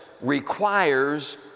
requires